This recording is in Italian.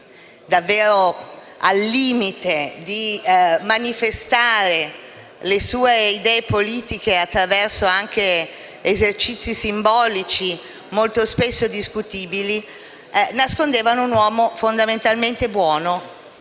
davvero al limite di manifestare le sue idee politiche, anche attraverso esercizi simbolici molto spesso discutibili, nascondevano un uomo fondamentalmente buono.